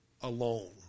alone